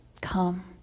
Come